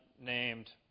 named